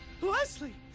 Leslie